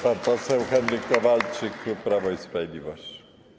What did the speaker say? Pan poseł Henryk Kowalczyk, klub Prawo i Sprawiedliwość.